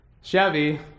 Chevy